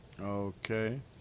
Okay